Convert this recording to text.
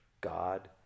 God